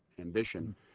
ambition